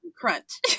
crunch